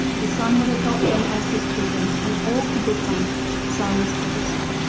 the sun would adopt them as his children and all could become sons of the sun.